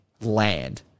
land